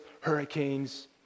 hurricanes